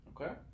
Okay